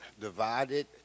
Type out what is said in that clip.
divided